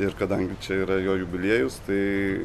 ir kadangi čia yra jo jubiliejus tai